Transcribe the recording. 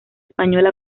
española